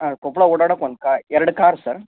ಹಾಂ ಕೊಪ್ಪಳ ಓಡಾಡೋಕೆ ಒಂದು ಕಾರ್ ಎರಡು ಕಾರ್ ಸರ್